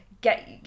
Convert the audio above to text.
get